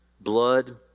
blood